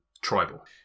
Tribal